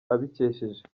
abikesheje